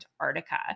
Antarctica